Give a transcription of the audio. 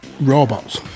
robots